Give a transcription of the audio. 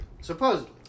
Supposedly